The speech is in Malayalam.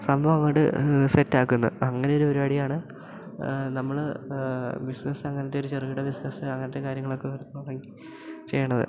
സംഭവം അങ്ങോട്ട് സെറ്റാക്കുന്നു അങ്ങനൊരു പരിപാടിയാണ് നമ്മൾ ബിസിനസ്സങ്ങനത്തെ ഒരു ചെറുകിട ബിസിനസ്സ് അങ്ങനത്തെ കാര്യങ്ങളൊക്കെ ചെയ്യുന്നത്